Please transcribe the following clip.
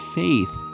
faith